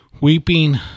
weeping